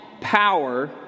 power